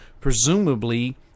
presumably